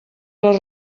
les